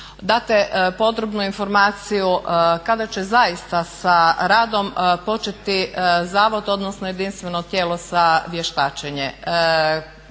date podrobnu informaciju kada će zaista sa radom početi zavod, odnosno jedinstveno tijelo sa vještačenjem.